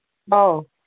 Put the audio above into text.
ꯑꯧ